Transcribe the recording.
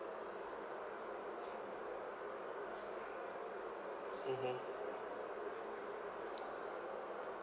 mmhmm